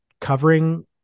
covering